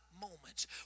moments